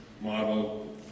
model